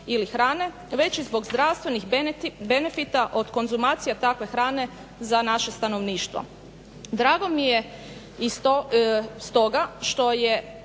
već i zbog zdravstvenih benefita od konzumacije takve hrane za naše stanovništvo. Drago mi je stoga što je